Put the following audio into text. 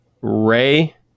Ray